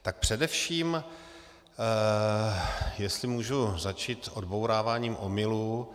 Tak především jestli můžu začít odbouráváním omylů.